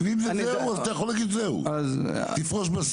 אם זה זהו אתה יכול להגיד זהו, תפרוש בשיא.